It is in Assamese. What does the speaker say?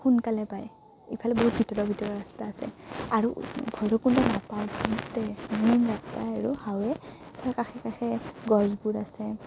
সোনকালে পায় ইফালে বহুত ভিতৰৰ ভিতৰৰ ৰাস্তা আছে আৰু ভৈৰৱকুণ্ড নাপাওঁতে মেইন ৰাস্তাই আৰু হাইৱে' কাষে কাষে গছবোৰ আছে